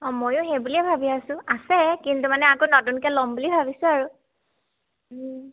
অঁ ময়ো সেই বুলিয়ে ভাবি আছোঁ আছে কিন্তু মানে আকৌ নতুনকৈ ল'ম বুলি ভাবিছোঁ আৰু